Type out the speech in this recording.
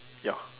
ya